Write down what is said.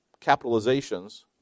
capitalizations